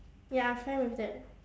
ya I'm fine with that